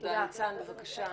ניצן בבקשה.